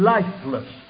Lifeless